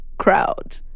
crowd